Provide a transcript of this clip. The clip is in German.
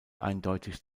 eindeutig